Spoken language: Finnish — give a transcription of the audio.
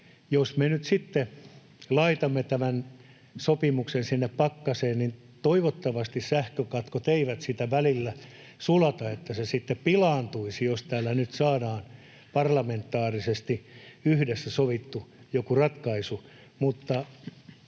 jos me nyt sitten laitamme tämän sopimuksen sinne pakkaseen, niin toivottavasti sähkökatkot eivät sitä välillä sulata, että se sitten pilaantuisi, jos täällä nyt saadaan joku parlamentaarisesti yhdessä sovittu ratkaisu.